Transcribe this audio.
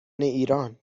ایران